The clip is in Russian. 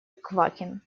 квакин